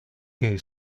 que